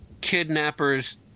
kidnappers